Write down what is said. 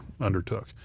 undertook